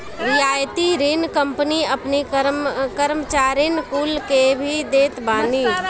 रियायती ऋण कंपनी अपनी कर्मचारीन कुल के भी देत बानी